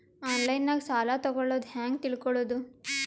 ಆನ್ಲೈನಾಗ ಸಾಲ ತಗೊಳ್ಳೋದು ಹ್ಯಾಂಗ್ ತಿಳಕೊಳ್ಳುವುದು?